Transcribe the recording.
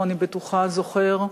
מאתנו, אני בטוחה, זוכר,